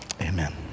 amen